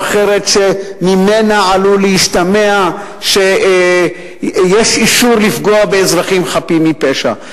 אחרת שממנה עלול להשתמע שיש אישור לפגוע באזרחים חפים מפשע.